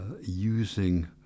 using